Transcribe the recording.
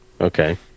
Okay